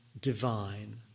divine